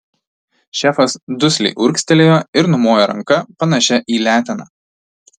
šefas dusliai urgztelėjo ir numojo ranka panašia į leteną